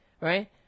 right